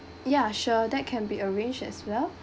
ya sure that can be arranged as well